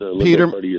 Peter